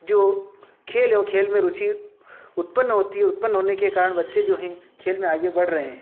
जो खेल है वह खेल में रूचि उत्पन्न होती है उत्पन्न होने के कारण बच्चे जो हैं खेल में आगे बढ़ रहे हैं